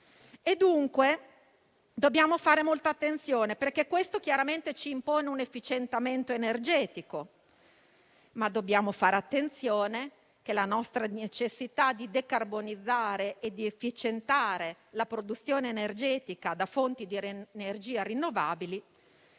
Dunque, dobbiamo fare molta attenzione, perché questo chiaramente ci impone un efficientamento energetico. Ma dobbiamo anche fare attenzione che la nostra necessità di decarbonizzare e di efficientare la produzione energetica da fonti di energia rinnovabili